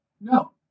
No